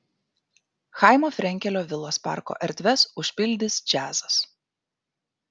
chaimo frenkelio vilos parko erdves užpildys džiazas